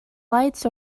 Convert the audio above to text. light